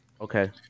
Okay